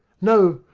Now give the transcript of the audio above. no,